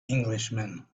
englishman